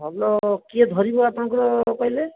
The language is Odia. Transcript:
ଭଲ କିଏ ଧରିବ ଆପଣଙ୍କର କହିଲେ